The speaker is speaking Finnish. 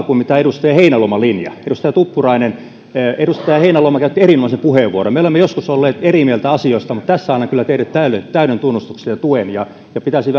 kuin edustaja heinäluoman linja edustaja tuppurainen edustaja heinäluoma käytti erinomaisen puheenvuoron me olemme joskus olleet eri mieltä asioista mutta tässä annan kyllä teille täyden täyden tunnustuksen ja tuen ja ja pitäisi